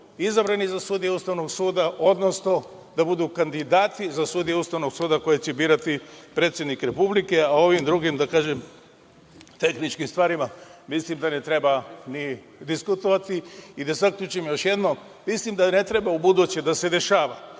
izabrani za sudije Ustavnog suda, odnosno da budu kandidati za sudije Ustavnog suda koje će birati predsednik Republike, a ovim drugim, da tako kažem, tehničkim stvarima mislim da ne treba ni diskutovati. Da zaključim još jednom, mislim da ne treba ubuduće da se dešava